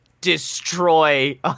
destroy